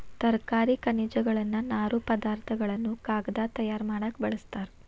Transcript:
ತರಕಾರಿ ಖನಿಜಗಳನ್ನ ನಾರು ಪದಾರ್ಥ ಗಳನ್ನು ಕಾಗದಾ ತಯಾರ ಮಾಡಾಕ ಬಳಸ್ತಾರ